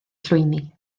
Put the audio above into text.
llwyni